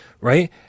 right